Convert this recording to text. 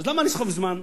אז למה לסחוב זמן?